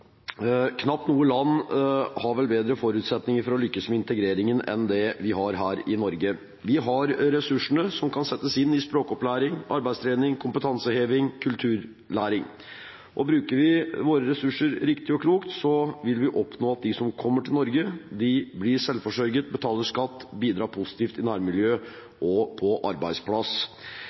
Knapt noe land har vel bedre forutsetninger for å lykkes med integreringen enn det vi har her i Norge. Vi har ressursene som kan settes inn i språkopplæring, arbeidstrening, kompetanseheving og kulturlæring. Bruker vi våre ressurser riktig og klokt, vil vi oppnå at de som kommer til Norge, blir selvforsørget, betaler skatt og bidrar positivt i nærmiljøet og på